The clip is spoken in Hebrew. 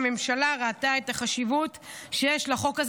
חברת הכנסת